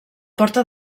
porta